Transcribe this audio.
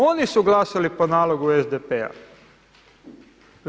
Oni su glasali po nalogu SDP-a.